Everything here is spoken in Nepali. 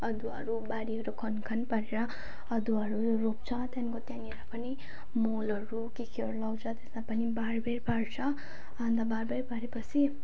अदुवाहरू बारीहरू खनखान पारेर अदुवाहरू रोप्छ त्यहाँको त्यहाँनेर पनि मलहरू के केहरू लगाउँछ त्यसलाई पनि बारबेर पार्छ अन्त बारबेर पारे पछि